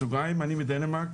בסוגריים, אני מדנמרק.